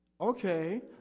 Okay